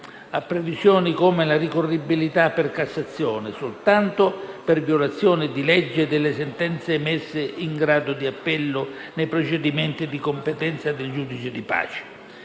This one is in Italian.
a previsioni come la ricorribilità per Cassazione soltanto per violazione di legge delle sentenze emesse in grado di appello nei procedimenti di competenza del giudice di pace;